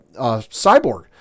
Cyborg